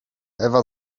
ewa